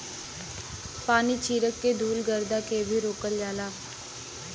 पानी छीरक के धुल गरदा के भी रोकल जाला